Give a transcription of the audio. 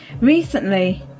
recently